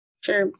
Sure